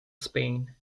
spain